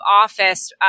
office